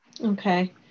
Okay